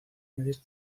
medir